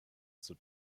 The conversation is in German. zur